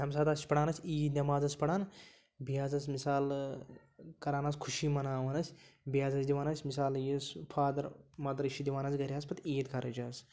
أمۍ ساتہٕ حظ چھِ پَران أسۍ عیٖد نٮ۪مازَ حظ چھِ پَران بیٚیہِ حظ ٲسۍ مِثال کَران حظ خوشی مَناوان أسۍ بیٚیہِ حظ ٲسۍ دِوان أسۍ مِثال یُس فادَر مَدرِ چھِ دِوان أسۍ گَرِ حظ پَتہٕ عیٖد خرٕچ حظ